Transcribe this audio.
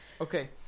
Okay